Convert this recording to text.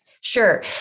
sure